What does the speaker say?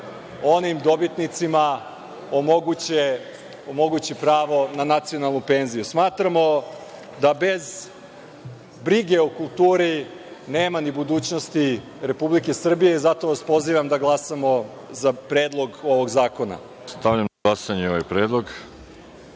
onim dobitnicima, omogući pravo na nacionalnu penziju. Smatramo da bez brige o kulturi nema ni budućnosti Republike Srbije, zato vas pozivam da glasamo za predlog ovog zakona. **Veroljub Arsić** Stavljam na glasanje ovaj